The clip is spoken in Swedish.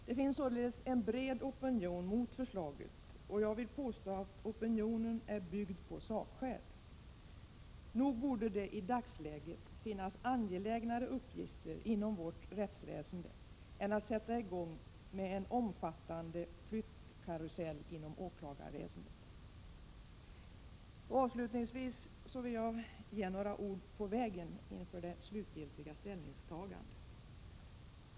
Det finns således en bred opinion mot förslaget, och jag vill påstå att opinionen är byggd på sakskäl. Nog borde det i dagsläget finnas angelägnare uppgifter inom vårt rättsväsende än att sätta i gång med en omfattande flyttkarusell inom åklagarväsendet. Avslutningsvis vill jag ge några ord på vägen inför det slutgiltiga ställningstagandet.